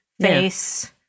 face